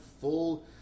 full